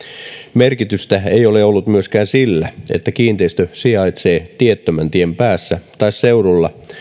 merkitystä ei ole ollut myöskään sillä että kiinteistö sijaitsee tiettömän tien päässä tai seudulla